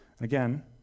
Again